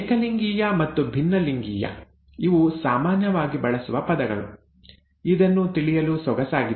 ಏಕಲಿಂಗೀಯ ಮತ್ತು ಭಿನ್ನಲಿಂಗೀಯ ಇವು ಸಾಮಾನ್ಯವಾಗಿ ಬಳಸುವ ಪದಗಳು ಇದನ್ನು ತಿಳಿಯಲು ಸೊಗಸಾಗಿದೆ